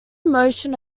motion